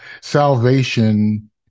Salvation